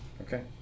Okay